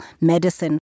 medicine